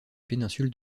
péninsule